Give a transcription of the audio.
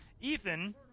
Ethan